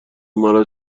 مرا